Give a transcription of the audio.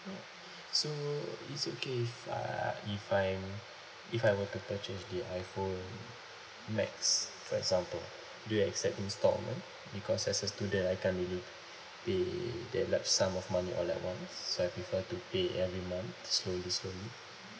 mm so it's okay if uh if I'm if I were to purchase the iphone max for example do you accept instalment because as a student I can't really pay that large sum of money all at once so I prefer to pay every month slowly slowly